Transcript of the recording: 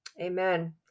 Amen